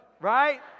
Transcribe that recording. right